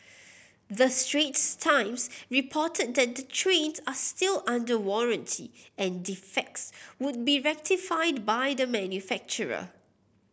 the Straits Times reported that the trains are still under warranty and defects would be rectified by the manufacturer